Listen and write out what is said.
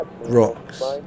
rocks